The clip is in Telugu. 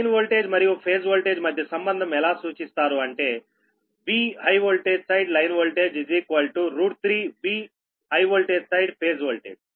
లైన్ వోల్టేజ్ మరియు ఫేజ్ వోల్టేజ్ మధ్య సంబంధం ఎలా సూచిస్తారు అంటే V high voltage side line voltage 3V high voltage side phase voltage